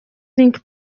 like